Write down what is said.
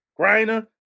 Griner